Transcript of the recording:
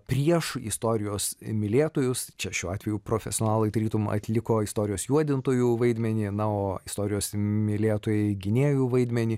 prieš istorijos mylėtojus čia šiuo atveju profesionalai tarytum atliko istorijos juodintojų vaidmenį na o istorijos mylėtojai gynėjų vaidmenį